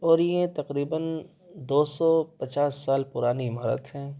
اور یہ تقریباً دو سو پچاس سال پرانی عمارت ہے